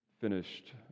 finished